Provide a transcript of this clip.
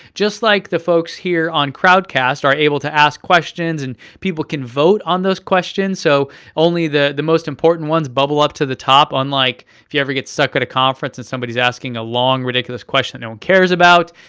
just like the folks here on crowdcast are able to ask questions and people can vote on those questions, so only the the most important ones bubble up to the top, unlike if you ever get stuck at a conference and somebody's asking a long, ridiculous question no one cares about,